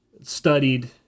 studied